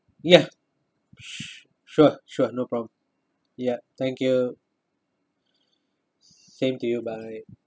ya sure sure no problem yup thank you same to you bye